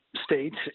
States